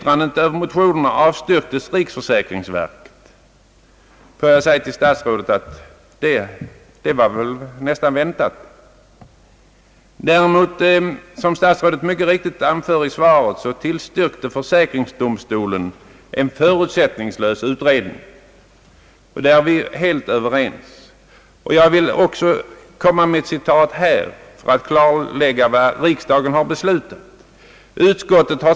Riksförsäkringsverket avstyrkte i sitt remissyttrande bifall till motionerna i ärendet. Får jag säga till statsrådet, att det nästan var väntat. Däremot tillstyrkte försäkringsdomstolen en förutsättningslös utredning, såsom statsrådet mycket riktigt anför i svaret. Jag tillåter mig att göra ännu ett citat för att klarlägga vad riksdagen har beslutat i detta sammanhang.